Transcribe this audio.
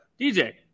DJ